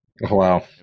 Wow